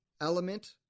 element